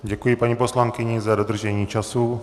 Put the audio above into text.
Děkuji paní poslankyni za dodržení času.